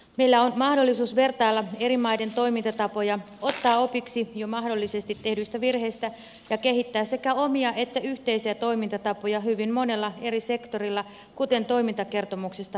meillä on mahdollisuus vertailla eri maiden toimintatapoja ottaa opiksi mahdollisesti jo tehdyistä virheistä ja kehittää sekä omia että yhteisiä toimintatapoja hyvin monella eri sektorilla kuten toimintakertomuksesta voi todeta